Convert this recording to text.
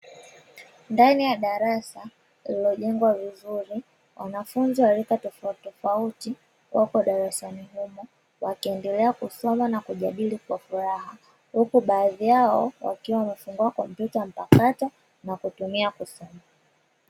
Ndani ya darasa iliyojengwa vizuri wanafunzi wa rika tofauti tofauti wako darasani humo wakiendelea kusoma na kujadili kwa furaha huku baadhi yao wakiwa wamefungua kompyuta mpakato na kutumia kusoma.